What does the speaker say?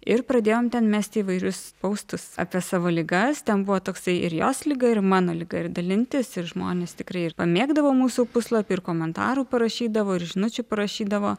ir pradėjom ten mesti įvairius poustus apie savo ligas ten buvo toksai ir jos liga ir mano liga ir dalintis ir žmonės tikrai ir pamėgdavo mūsų puslapį ir komentarų parašydavo ir žinučių parašydavo